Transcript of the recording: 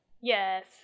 yes